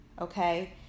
Okay